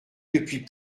depuis